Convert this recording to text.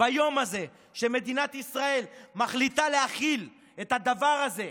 ביום הזה שמדינת ישראל מחליטה להכיל את הדבר הזה.